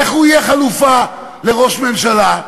איך הוא יהיה חלופה לראש ממשלה?